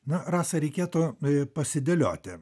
na rasa reikėtų pasidėlioti